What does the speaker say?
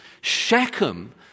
Shechem